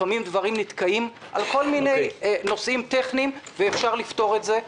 לפעמים דברים נתקעים בכל מיני נושאים טכניים ואפשר לפתור את זה.